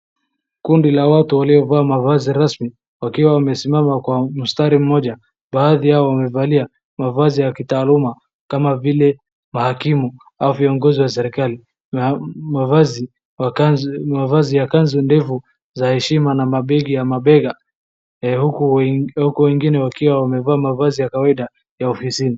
Kundi la watu waliovaa mavazi rasmi wakiwa wamesimama kwa mstari mmoja. Baadhi yao wamevalia mavazi ya kitaaluma kama vile mahakimu au viongozi wa serikali. Mavazi ya kanzu ndefu za heshima na mabegi ya mabega, huku wengine wakiwa wamevaa mavazi ya kawaida ya ofisini.